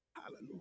Hallelujah